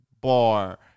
bar